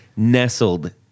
nestled